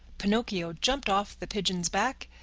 pinocchio jumped off the pigeon's back,